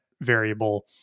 variable